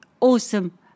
awesome